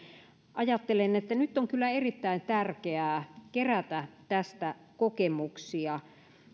ajattelen että nyt on kyllä erittäin tärkeää kerätä tästä kokemuksia